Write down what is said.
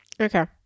okay